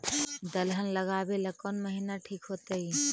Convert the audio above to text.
दलहन लगाबेला कौन महिना ठिक होतइ?